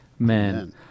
Amen